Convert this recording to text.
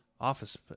Office